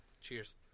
cheers